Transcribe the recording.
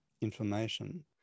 information